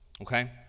Okay